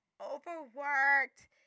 overworked